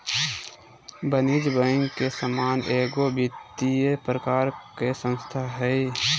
वाणिज्यिक बैंक के समान एगो वित्तिय प्रकार के संस्था हइ